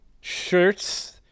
shirts